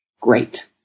great